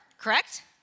correct